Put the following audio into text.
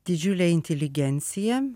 didžiule intiligencija